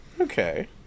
okay